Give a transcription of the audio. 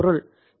விகிதம் 18